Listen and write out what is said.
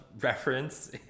reference